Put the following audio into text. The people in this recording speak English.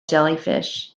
jellyfish